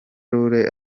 rule